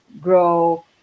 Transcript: grow